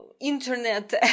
internet